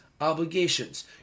obligations